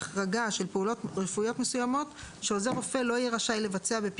הרוחות נתן לרופא הזה לעשות ניקור פלאורלי?